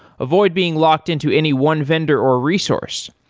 avoid being locked-in to any one vendor or resource.